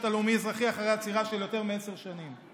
הלאומי-אזרחי אחרי עצירה של יותר מעשר שנים.